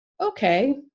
okay